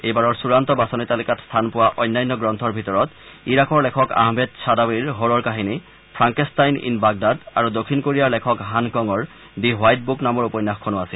এইবাৰৰ চূড়ান্ত বাচনি তালিকাত স্থান পোৱা অন্যান্য গ্ৰন্থৰ ভিতৰত ইৰাকৰ লেখক আহমেদ ছাডাৱিৰ হ'ৰৰ কাহিনী ফ্ৰাংকেন্টাইন ইন বাগদাদ আৰু দক্ষিণ কোৰিয়াৰ লেখক হান কঙৰ দি হোৱাইট বুক নামৰ উপন্যাসখনো আছিল